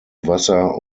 wasser